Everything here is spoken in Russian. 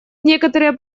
некоторые